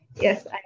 yes